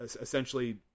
essentially